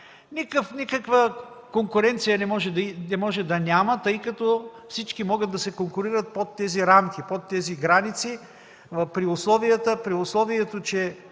пазарът. Конкуренция не може да няма, тъй като всички могат да се конкурират под тези рамки, под тези граници. При условие че